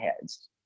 heads